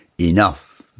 enough